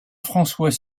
françois